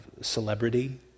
celebrity